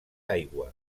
aigua